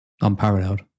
unparalleled